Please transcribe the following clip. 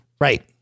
Right